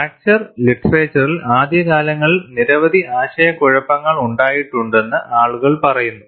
fracture ലിറ്ററേച്ചറിൽ ആദ്യകാലങ്ങളിൽ നിരവധി ആശയക്കുഴപ്പങ്ങൾ ഉണ്ടായിട്ടുണ്ടെന്ന് ആളുകൾ പറയുന്നു